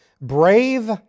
Brave